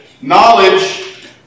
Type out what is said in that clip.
Knowledge